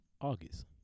August